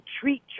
treat